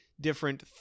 different